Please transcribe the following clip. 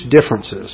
differences